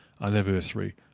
anniversary